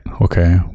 Okay